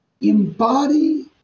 embody